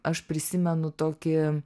aš prisimenu tokį